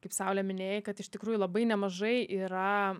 kaip saulė minėjai kad iš tikrųjų labai nemažai yra